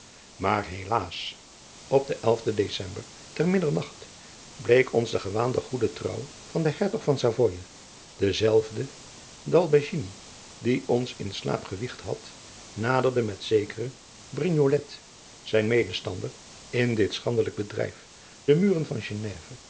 maar helaas op den elfden ecember te middernacht bleek ons de gewaande goede trouw van den hertog van savoye dezelfde d'albigni die ons in slaap gewiegd had naderde met zekeren brignolet zijn medestander in dit schandelijk bedrijf de muren van